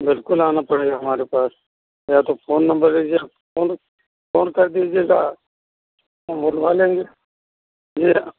बिल्कुल आना पड़ेगा हमारे पास या तो फ़ोन नम्बर लीजिए फ़ोन फ़ोन कर दीजिएगा हम बुलवा लेंगे जी हाँ